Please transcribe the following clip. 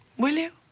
will you?